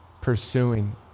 pursuing